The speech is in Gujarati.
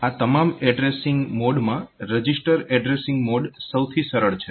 આ તમામ એડ્રેસીંગ મોડમાં રજીસ્ટર એડ્રેસીંગ મોડ સૌથી સરળ છે